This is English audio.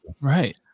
Right